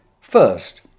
First